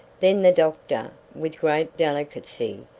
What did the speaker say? then the doctor, with great delicacy,